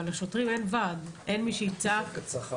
אבל לשוטרים אין וועד ואין מי שיצעק או יפגין.